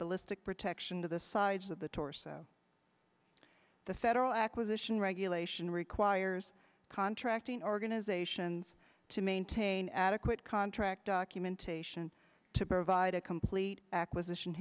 ballistic protection to the sides of the torso the federal acquisition regulation requires contracting organizations to maintain adequate contract documentation to provide a complete acquisition